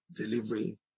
delivery